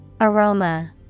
Aroma